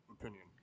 opinion